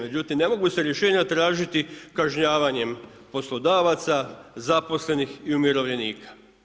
Međutim, ne mogu se rješenja tražiti kažnjavanjem poslodavaca, zaposlenih i umirovljenika.